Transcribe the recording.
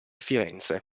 firenze